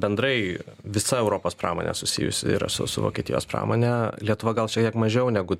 bendrai visa europos pramonė susijusi yra su su vokietijos pramone lietuva gal šiek tiek mažiau negu